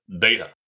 data